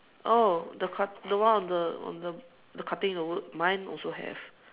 oh the cut the one on the on the the cutting the wood mine also have